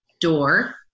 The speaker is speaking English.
door